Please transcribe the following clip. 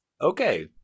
Okay